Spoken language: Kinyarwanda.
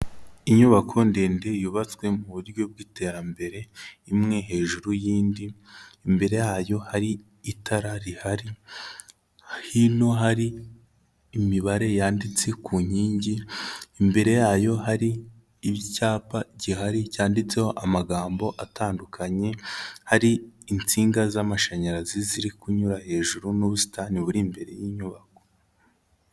Inyubako ndende yubatswe mu buryo bw'iterambere, imwe hejuru y'indi, imbere yayo hari itara rihari, hino hari imibare yanditse ku nkingi, imbere yayo hari icyapa gihari cyanditseho amagambo atandukanye, hari insinga z'amashanyarazi ziri kunyura hejuru n'ubusitani buri imbere y'inyubako.